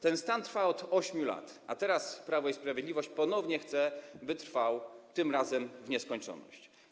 Ten stan trwa od 8 lat, a teraz Prawo i Sprawiedliwość ponownie chce, by trwał, tym razem w nieskończoność.